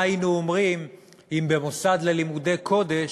מה היינו אומרים אם במוסד ללימודי קודש,